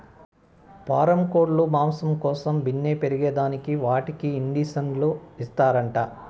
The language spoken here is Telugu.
పారం కోల్లు మాంసం కోసం బిన్నే పెరగేదానికి వాటికి ఇండీసన్లు ఇస్తారంట